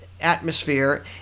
atmosphere